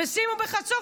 ושימו בחצור,